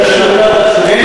זה לא קשור.